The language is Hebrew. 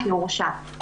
כהורשע.